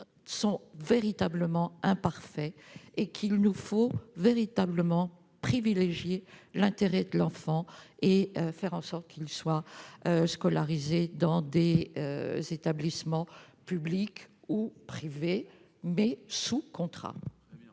contrat est imparfait : il nous faut véritablement privilégier l'intérêt de l'enfant et faire en sorte qu'il soit scolarisé dans des établissements publics ou privés sous contrat.